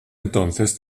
entonces